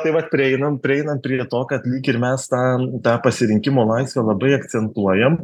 tai va prieinam prieinam prie to kad lyg ir mes tą tą pasirinkimo laisvę labai akcentuojam